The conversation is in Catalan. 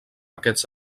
aquests